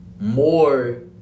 more